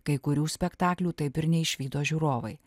kai kurių spektaklių taip ir neišvydo žiūrovai